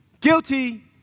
guilty